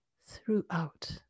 throughout